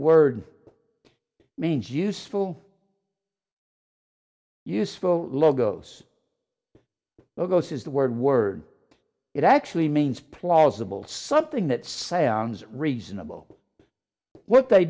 word means useful useful logos logos is the word word it actually means plausible something that sounds reasonable what they